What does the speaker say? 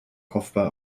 kopfball